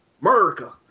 america